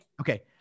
Okay